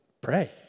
Pray